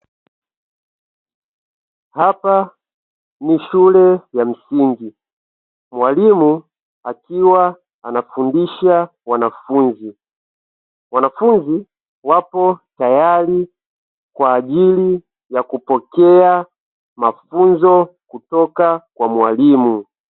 Hapa ni shule ya msingi mwalimu akiwa anafundisha wanafunzi, wanafunzi wapo tayari kwa ajili ya kupokea mafunzo kutoka kwa mwalimu.